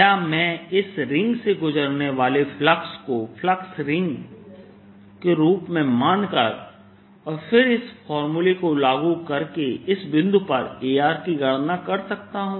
क्या मैं इस रिंग से गुजरने वाले फ्लक्स को फ्लक्स रिंग के रूप में मानकर और फिर इस फॉर्मूले को लागू करके इस बिंदु पर Ar की गणना कर सकता हूं